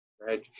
right